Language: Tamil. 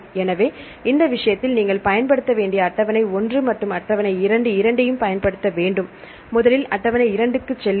எனவே இந்த விஷயத்தில் நீங்கள் பயன்படுத்த வேண்டிய அட்டவணை 1 மற்றும் அட்டவணை 2 இரண்டையும் பயன்படுத்த வேண்டும் முதலில் அட்டவணை 2 க்குச் செல்லுங்கள்